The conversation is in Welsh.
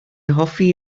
hoffi